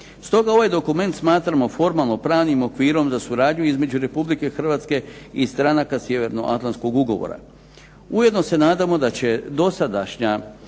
Stoga ovaj dokument smatramo formalno pravim okvirom za suradnju između Republike Hrvatske i stranaka Sjevernoatlantskog ugovora. Ujedno se nadamo da će dosadašnja